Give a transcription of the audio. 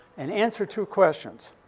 and answer two questions.